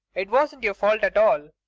it wasn't your fault at all.